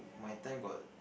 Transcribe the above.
my time got